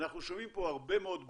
אנחנו שומעים פה הרבה מאוד גופים,